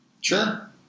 Sure